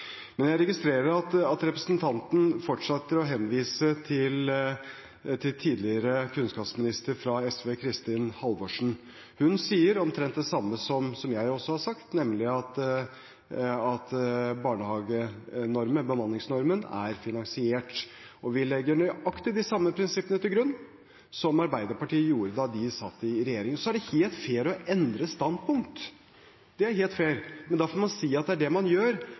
Men jeg registrerer at representanten Henriksen fortsetter å henvise til tidligere kunnskapsminister fra SV, Kristin Halvorsen. Hun sa omtrent det samme som jeg også har sagt, at barnehagenormen, bemanningsnormen, er finansiert. Og vi legger nøyaktig de samme prinsippene til grunn som Arbeiderpartiet gjorde da de satt i regjering. Det er helt fair å endre standpunkt, det er helt fair, men da får man si at det er det man gjør